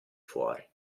fuori